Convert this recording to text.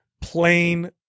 plain